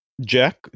Jack